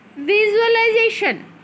visualization